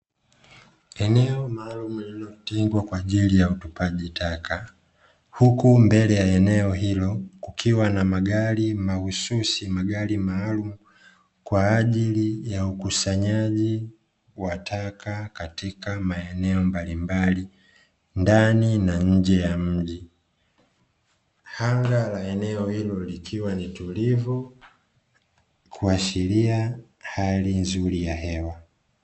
Eneo maalumu lililotengwa kwaajili ya utupwaji taka huku mbele ya eneo hilo kukiwa na magari mahususi kwaajili ya ukusanyaji wa taka katika maeneo mbalimbali ndani na nje ya mji , anga la eneo hilo likiwa ni tulivu kuashiria hali nzuri ya hewa.